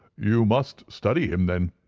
you must study him, then,